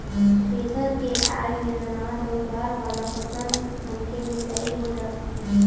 thresher के आये ले अनाज अउ दार वाला फसल मनके मिजई हो जाथे